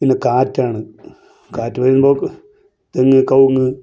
പിന്നെ കാറ്റാണ് കാറ്റ് വരുമ്പോൾ തെങ്ങ് കവുങ്ങ്